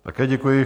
Také děkuji.